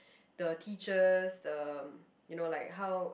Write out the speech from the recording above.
the teachers the you know like how